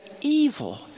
evil